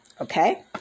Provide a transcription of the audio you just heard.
Okay